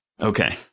Okay